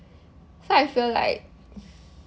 so I feel like